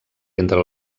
entre